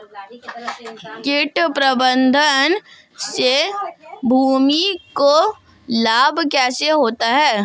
कीट प्रबंधन से भूमि को लाभ कैसे होता है?